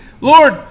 Lord